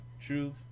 truth